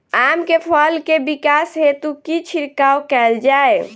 आम केँ फल केँ विकास हेतु की छिड़काव कैल जाए?